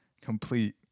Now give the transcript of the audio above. complete